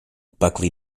buckley